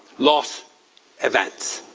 loss events.